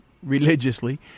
religiously